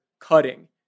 cutting